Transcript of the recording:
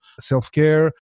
self-care